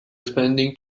spending